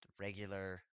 regular